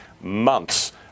months